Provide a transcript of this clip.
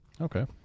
Okay